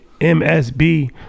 MSB